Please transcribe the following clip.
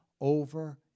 over